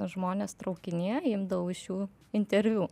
žmones traukinyje imdavau iš jų interviu